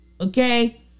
Okay